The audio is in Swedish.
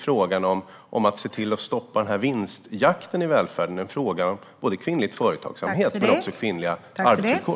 Frågan om att stoppa vinstjakten i välfärden är alltså definitivt en fråga om kvinnors företagsamhet, men det är också en fråga om kvinnors arbetsvillkor.